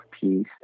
piece